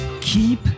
keep